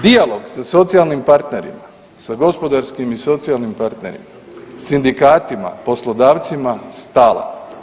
Dijalog sa socijalnim partnerima, sa gospodarskim i socijalnim partnerima, sindikatima, poslodavcima, stalan.